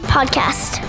Podcast